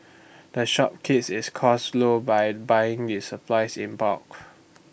the shop keeps its costs low by buying its supplies in bulk